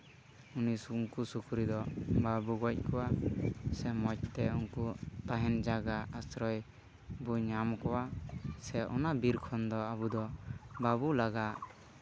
ᱩᱱᱠᱩ ᱥᱩᱠᱨᱤ ᱫᱚ ᱵᱟᱵᱚ ᱜᱚᱡ ᱠᱚᱣᱟ ᱥᱮ ᱢᱚᱡᱽ ᱛᱮ ᱩᱱᱠᱩ ᱛᱟᱦᱮᱱ ᱡᱟᱭᱜᱟ ᱟᱥᱨᱚᱭ ᱵᱚᱱ ᱧᱟᱢ ᱟᱠᱚᱣᱟ ᱥᱮ ᱚᱱᱟ ᱵᱤᱨ ᱠᱷᱚᱱ ᱫᱚ ᱟᱵᱚ ᱫᱚ ᱵᱟᱵᱚ ᱞᱟᱜᱟ